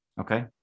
okay